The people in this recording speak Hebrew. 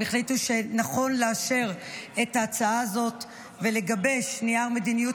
הם החליטו שנכון לאשר את ההצעה הזאת ולגבש נייר מדיניות